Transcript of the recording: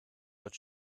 but